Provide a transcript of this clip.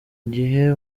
gihe